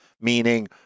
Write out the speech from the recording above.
meaning